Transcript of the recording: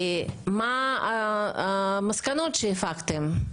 מה המסקנות שהפקתם?